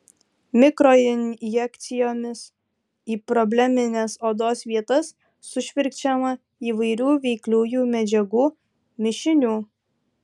mikroinjekcijomis į problemines odos vietas sušvirkščiama įvairių veikliųjų medžiagų mišinių